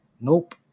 Nope